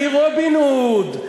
אני רובין הוד.